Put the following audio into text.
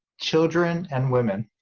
children, and women